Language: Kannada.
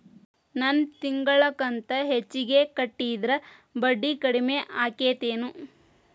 ನನ್ ತಿಂಗಳ ಕಂತ ಹೆಚ್ಚಿಗೆ ಕಟ್ಟಿದ್ರ ಬಡ್ಡಿ ಕಡಿಮಿ ಆಕ್ಕೆತೇನು?